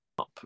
up